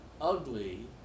ugly